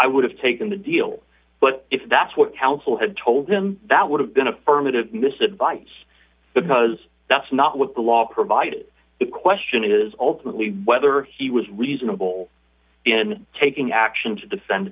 i would have taken the deal but if that's what counsel had told him that would have been affirmative miss advice because that's not what the law provided the question is ultimately whether he was reasonable in taking action to defend